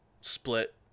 split